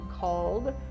called